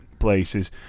places